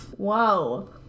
Whoa